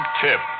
tip